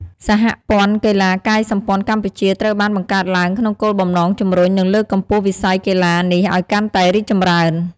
សហព័ន្ធកីឡាកាយសម្ព័ន្ធកម្ពុជា ត្រូវបានបង្កើតឡើងក្នុងគោលបំណងជំរុញ និងលើកកម្ពស់វិស័យកីឡានេះឱ្យកាន់តែរីកចម្រើន។